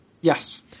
Yes